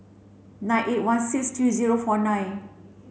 nine eight one six three zero four nine